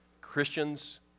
Christians